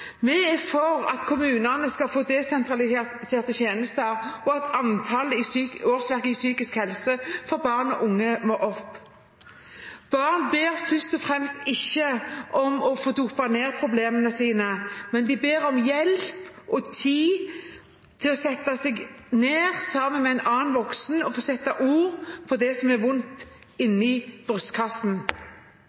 Vi er for at kommunene skal få desentraliserte tjenester, og at antallet årsverk i psykisk helse for barn og unge må opp. Barn ber ikke først og fremst om å få dope ned problemene sine, men de ber om hjelp og tid til å sette seg ned sammen med en voksen og sette ord på det som er vondt